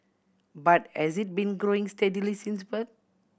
but has it been growing steadily since birth